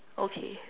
okay